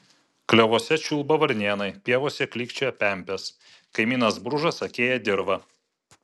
klevuose čiulba varnėnai pievose klykčioja pempės kaimynas bružas akėja dirvą